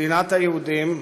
"מדינת היהודים",